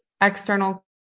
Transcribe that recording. external